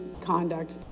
conduct